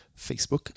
Facebook